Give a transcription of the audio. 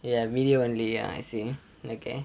ya video only ya I see okay